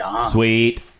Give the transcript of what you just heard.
Sweet